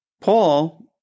Paul